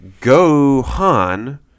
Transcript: Gohan